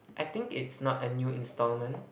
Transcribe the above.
I think it's not a new instalment